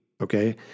okay